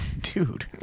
dude